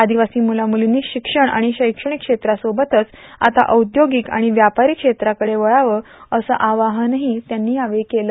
आदिवासी मुलामुलींनी शिक्षण आणि शैक्षणिक क्षेत्रासोबतच आता औद्योगिक आणि व्यापारी क्षेत्राकडं वळावं असं आवाहनही त्यांनी यावेळी केलं